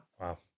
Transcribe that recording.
Wow